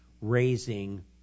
raising